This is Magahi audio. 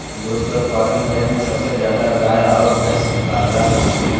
दूध के उत्पादन करे में सबसे ज्यादा गाय आरो भैंस कारगार रहा हइ